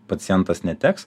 pacientas neteks